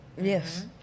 Yes